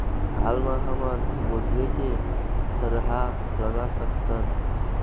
हाल मा हमन गोंदली के थरहा लगा सकतहन?